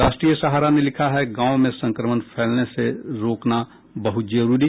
राष्ट्रीय सहारा ने लिखा है गांव में संक्रमण फैलने से रोकने बहुत जरूरी